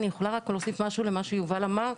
אני יכולה להוסיף משהו למה שיובל אמר?